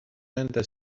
nende